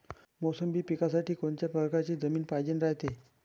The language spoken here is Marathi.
मोसंबी पिकासाठी कोनत्या परकारची जमीन पायजेन रायते?